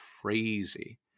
crazy